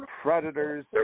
Predators